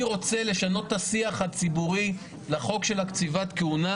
אני רוצה לשנות את השיח הציבורי לחוק של קציבת כהונה,